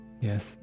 Yes